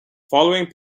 following